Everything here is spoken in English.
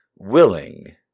Willing